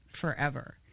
forever